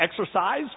exercise